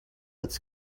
its